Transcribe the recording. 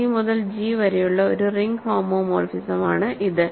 G മുതൽ G വരെയുള്ള ഒരു റിംഗ് ഹോമോമോർഫിസമാണ് ഇത്